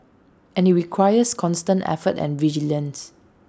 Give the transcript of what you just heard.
and IT requires constant effort and vigilance